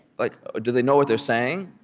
like ah do they know what they're saying?